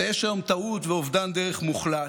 ויש היום טעות ואובדן דרך מוחלטים,